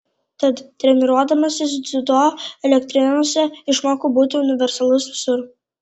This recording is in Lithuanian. tad treniruodamasis dziudo elektrėnuose išmokau būti universalus visur